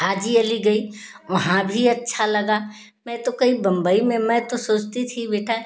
हाजी अली गई वहाँ भी अच्छा लगा मैं तो कही मुम्बई मैं तो सोचती थी बेटा